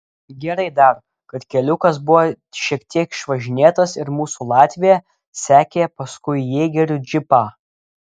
gerai dar kad keliukas buvo šiek tiek išvažinėtas ir mūsų latvija sekė paskui jėgerių džipą